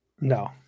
No